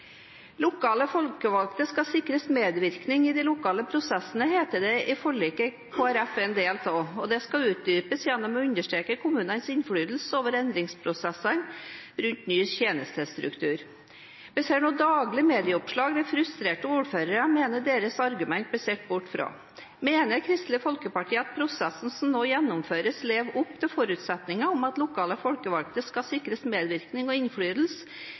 Lokale folkevalgte skal sikres medvirkning i de lokale prosessene, heter det i forliket Kristelig Folkeparti er en del av. Det skal utdypes gjennom å understreke kommunenes innflytelse over endringsprosessene rundt ny tjenestestruktur. Vi ser nå daglig medieoppslag der frustrerte ordførere mener deres argumenter blir sett bort fra. Mener Kristelig Folkeparti at prosessen som nå gjennomføres, lever opp til forutsetningene om at lokale folkevalgte skal sikres medvirkning og innflytelse